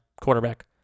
quarterback